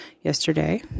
yesterday